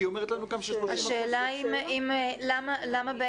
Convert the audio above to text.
כי היא אומרת לנו גם ש-30% --- השאלה למה בעצם